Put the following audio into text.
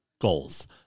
Goals